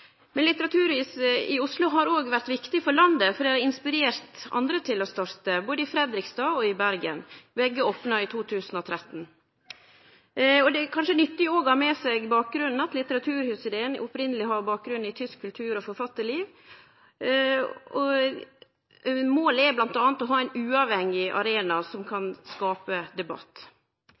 Men Litteraturhuset i Oslo har også vore viktig for landet, for det har inspirert andre til å starte, både i Fredrikstad og i Bergen – begge opna i 2013. Det er kanskje nyttig òg å ha med seg bakgrunnen. Litteraturhusideen har opphavleg bakgrunn i tysk kultur- og forfattarliv. Målet er bl.a. å ha ein uavhengig arena for å skape debatt.